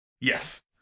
Yes